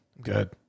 good